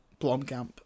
Blomkamp